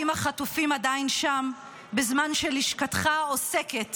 האם החטופים עדיין שם בזמן שלשכתך עוסקת